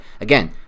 again